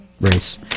race